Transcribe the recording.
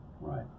Right